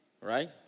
Right